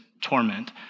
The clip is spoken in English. torment